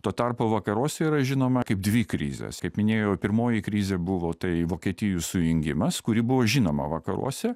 tuo tarpu vakaruose yra žinoma kaip dvi krizės kaip minėjau pirmoji krizė buvo tai vokietijų sujungimas kuri buvo žinoma vakaruose